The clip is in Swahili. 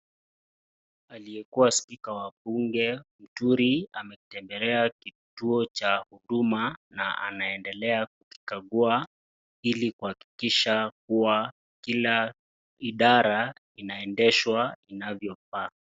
Aliyekuwa spika wa bunge, Muturi ametembelea kituo cha huduma na anaendelea kukikagua ili kuhakikisha kuwa kila idara inaendeshwa inavyofaa.